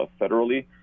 federally